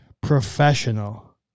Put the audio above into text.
professional